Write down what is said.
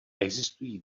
existují